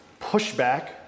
pushback